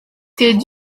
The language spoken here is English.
did